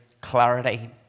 clarity